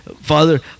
father